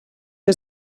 que